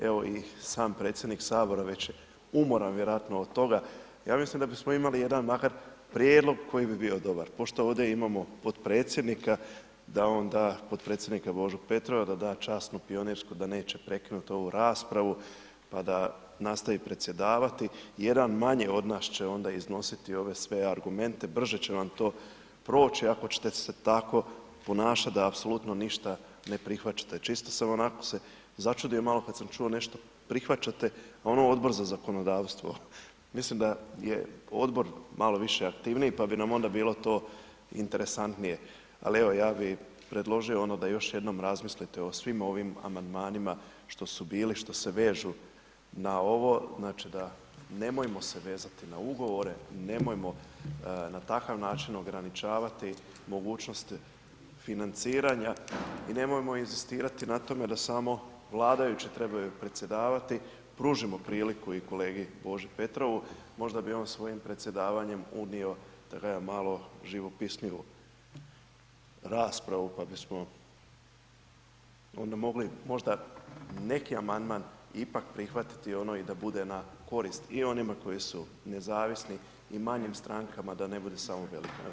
Evo i sam predsjednik HS već je umoran vjerojatno od toga, ja mislim da bismo imali jedan makar prijedlog koji bi bio dobar, pošto ovdje imamo potpredsjednika da onda, potpredsjednika Božu Petrova da da časnu pionirsku da neće prekinut ovu raspravu, pa da nastavi predsjedavati, jedan manje od nas će onda iznositi ove sve argumente, brže će vam to proći ako ćete se tako ponašat da apsolutno ništa ne prihvaćate, čisto sam onako se začudio malo kad sam čuo nešto prihvaćate, a ono Odbor za zakonodavstvo, mislim da je Odbor malo više aktivniji, pa bi nam onda bilo to interesantnije, ali evo, ja bi predložio da još jednom razmislite o svim ovim amandmanima što su bili, što se vežu na ovo, znači da, nemojmo se vezati na ugovore, nemojmo na takav način ograničavati mogućnost financiranja i nemojmo inzistirati na tome da samo vladajući trebaju predsjedavati, pružimo priliku i kolegi Boži Petrovu, možda bi on svojim predsjedavanjem unio da kažem malo živopisniju raspravu, pa bismo onda mogli možda neki amandman ipak prihvatiti i da bude na korist i onima koji su nezavisni i manjim strankama, da ne bude samo velikima.